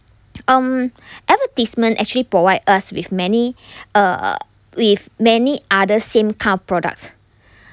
um advertisement actually provide us with many uh with many other same kind of products